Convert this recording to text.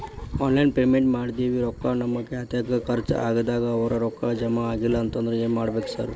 Online payment ಮಾಡೇವಿ ರೊಕ್ಕಾ ನಮ್ ಖಾತ್ಯಾಗ ಖರ್ಚ್ ಆಗ್ಯಾದ ಅವ್ರ್ ರೊಕ್ಕ ಜಮಾ ಆಗಿಲ್ಲ ಅಂತಿದ್ದಾರ ಏನ್ ಮಾಡ್ಬೇಕ್ರಿ ಸರ್?